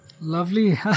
Lovely